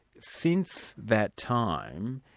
since that time,